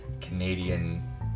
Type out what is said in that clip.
Canadian